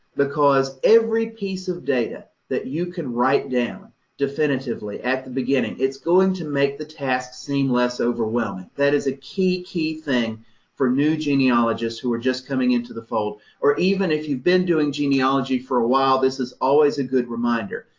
because every piece of data that you can write down definitively, at the beginning, it's going to make the task seem less overwhelming. that is a key, key thing for new genealogists who are just coming into the fold or even if you've been doing genealogy for a while, this is always a good reminder.